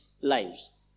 lives